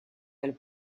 del